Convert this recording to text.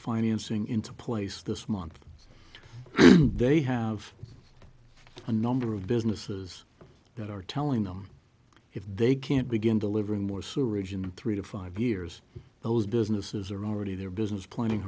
financing into place this month so they have a number of businesses that are telling them if they can't begin to livermore sewerage in three to five years those businesses are already their business planning